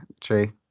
true